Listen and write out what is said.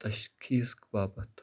تشخیٖص باپتھ